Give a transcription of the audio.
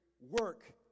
work